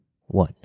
One